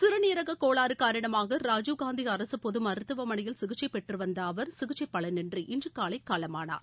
சிறுநீரக கோளாறு காரணமாக ராஜீவ் காந்தி அரசு பொது மருத்துவமனையில் சிகிச்சை பெற்று வந்த அவர் சிகிச்சை பலனின்றி இன்று காலை காலமானார்